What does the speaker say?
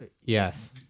Yes